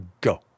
go